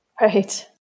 Right